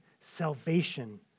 salvation